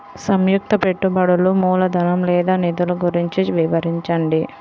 సంయుక్త పెట్టుబడులు మూలధనం లేదా నిధులు గురించి వివరించండి?